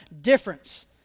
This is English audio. difference